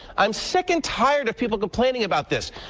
i'm sick and tired of people complaining about this.